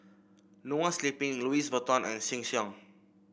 Noa Sleep Louis Vuitton and Sheng Siong